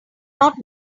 not